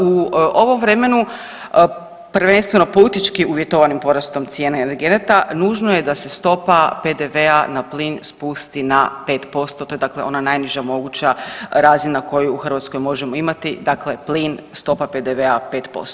U ovom vremenu prvenstveno politički uvjetovanim porastom cijene energenata nužno je da se stopa PDV-a na plin spusti na 5%, to je dakle ona najniža moguća razina koju u Hrvatskoj možemo imati, dakle plin stopa PDV-a 5%